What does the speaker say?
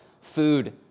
food